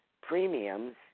premiums